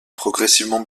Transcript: progressivement